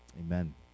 Amen